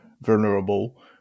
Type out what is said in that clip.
vulnerable